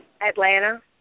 Atlanta